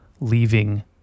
leaving